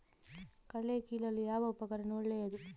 ಕಳೆ ಕೀಳಲು ಯಾವ ಉಪಕರಣ ಒಳ್ಳೆಯದು?